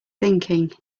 thinking